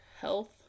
Health